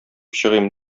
чыгыйм